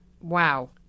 Wow